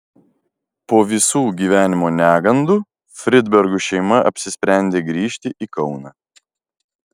po visų gyvenimo negandų fridbergų šeima apsisprendė grįžti į kauną